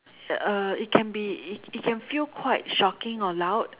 uh it can be it can feel quite shocking or loud